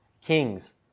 kings